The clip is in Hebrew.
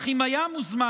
אך אם היה מוזמן,